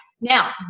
now